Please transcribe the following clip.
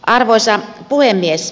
arvoisa puhemies